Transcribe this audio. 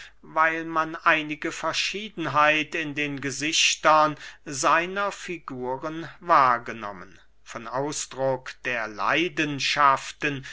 weil man einige verschiedenheit in den gesichtern seiner figuren wahrgenommen von ausdruck der leidenschaften